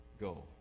go